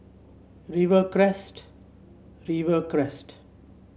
Rivercrest Rivercrest